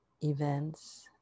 events